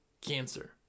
cancer